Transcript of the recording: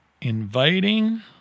inviting